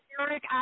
Eric